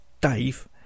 Dave